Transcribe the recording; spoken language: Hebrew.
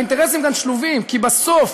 האינטרסים כאן שלובים, כי בסוף,